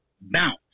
bounce